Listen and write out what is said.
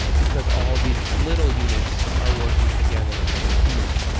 because all these little units are working together in it.